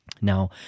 Now